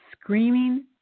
screaming